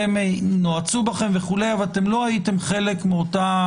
נועצו בכם וכולי אבל לא הייתם חלק מאותה